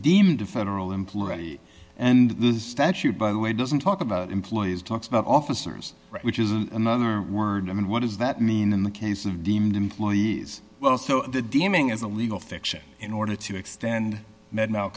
a federal employee and this statute by the way doesn't talk about employees talks about officers which is another word i mean what does that mean in the case of deemed employees well so the deeming as a legal fiction in order to extend